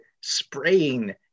spraying